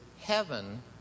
heaven